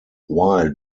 while